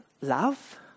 love